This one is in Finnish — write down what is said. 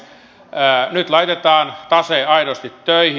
nyt laitetaan tase aidosti töihin